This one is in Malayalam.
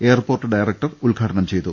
എയർപോർട്ട് ഡയറക്ടർ ഉദ്ഘാടനം ചെയ്തു